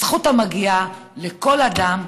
זכות המגיעה לכל אדם,